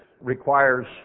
requires